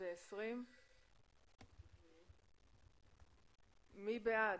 מי בעד?